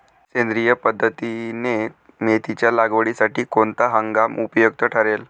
सेंद्रिय पद्धतीने मेथीच्या लागवडीसाठी कोणता हंगाम उपयुक्त ठरेल?